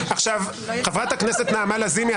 חברת הכנסת נעמה לזימי,